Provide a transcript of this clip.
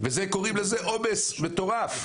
ולזה קוראים עומס מטורף.